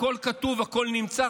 הכול כתוב, הכול נמצא.